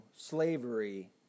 slavery